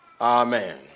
Amen